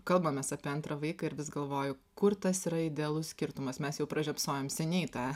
kalbamės apie antrą vaiką ir vis galvoju kur tas yra idealus skirtumas mes jau pražiopsojom seniai tą